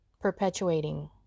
perpetuating